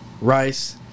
rice